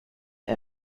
och